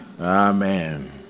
Amen